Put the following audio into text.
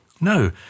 No